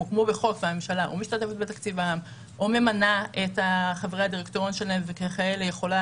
הוקמו בחוק - או ממנה את חברי הדירקטוריון וככאלה יכולה